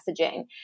messaging